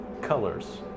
colors